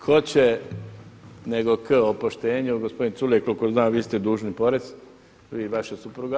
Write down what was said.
Tko će nego k o poštenju, gospodine Culej koliko znam vi ste dužni porez, vi i vaša supruga.